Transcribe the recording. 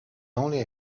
only